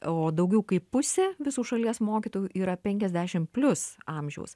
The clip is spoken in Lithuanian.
o daugiau kaip pusė visų šalies mokytojų yra penkiasdešim plius amžiaus